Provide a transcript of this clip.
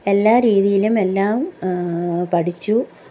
എല്ലാ രീതിയിലും എല്ലാം പഠിച്ചു